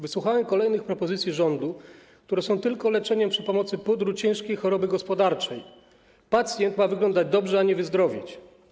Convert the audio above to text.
Wysłuchałem kolejnych propozycji rządu, które są tylko leczeniem za pomocą pudru ciężkiej choroby gospodarczej: pacjent ma wyglądać dobrze, a nie wyzdrowieć.